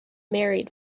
married